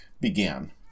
began